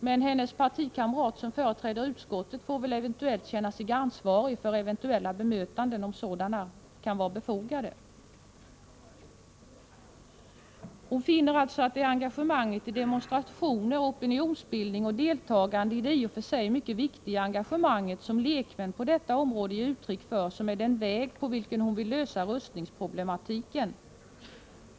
Men hennes partikamrat som företräder utskottet får väl känna sig ansvarig för eventuella bemötanden, om sådana kan vara befogade. Maj Britt Theorin finner alltså, om jag tolkar henne rätt, att det är hennes engagemang i demonstrationer och opinionsbildning och hennes deltagande i det i och för sig mycket viktiga engagemang som lekmän på detta område ger uttryck för som är den väg på vilken hon vill lösa rustningsproblematiken.